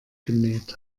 genäht